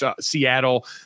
Seattle